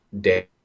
day